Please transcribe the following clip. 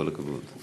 כל הכבוד.